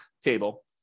table